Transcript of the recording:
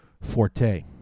forte